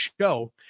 show